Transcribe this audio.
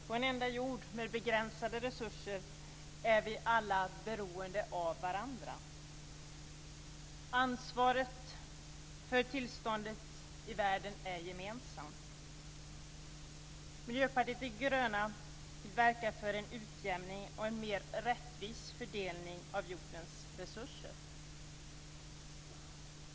På en enda jord med begränsade resurser är vi alla beroende av varandra. Ansvaret för tillståndet i världen är gemensamt. Miljöpartiet de gröna vill verka för en utjämning och en mer rättvis fördelning av jordens resurser.